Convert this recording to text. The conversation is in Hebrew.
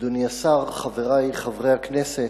תודה, אדוני השר, חברי חברי הכנסת,